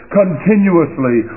continuously